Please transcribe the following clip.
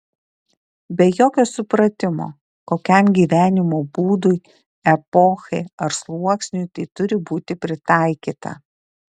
be jokio supratimo kokiam gyvenimo būdui epochai ar sluoksniui tai turi būti pritaikyta